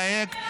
תדבר לעניין.